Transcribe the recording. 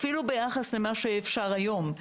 אפילו ביחס למה שאפשר היום,